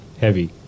heavy